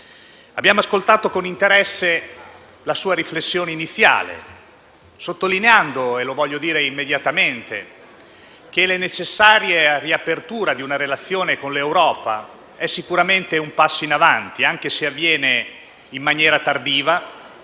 Abbiamo ascoltato con interesse la sua riflessione iniziale sottolineando - e lo voglio dire immediatamente - che la necessaria riapertura di una relazione con l'Europa è sicuramente un passo in avanti, anche se avviene in maniera tardiva,